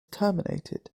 terminated